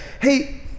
hey